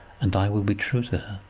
and i will be true to her.